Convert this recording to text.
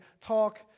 talk